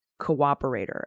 cooperator